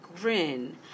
grin